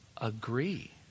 agree